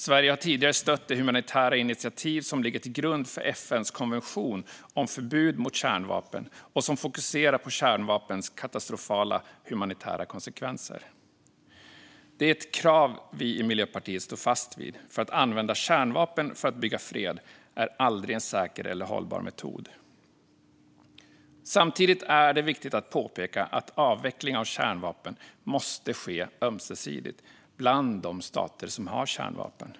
Sverige har tidigare stött det humanitära initiativ som ligger till grund för FN:s konvention om förbud mot kärnvapen och som fokuserar på kärnvapens katastrofala humanitära konsekvenser. Det är ett krav som vi i Miljöpartiet står fast vid, för användning av kärnvapen för att bygga fred är aldrig en säker eller hållbar metod. Samtidigt är det viktigt att påpeka att avveckling av kärnvapen måste ske ömsesidigt bland de stater som har kärnvapen.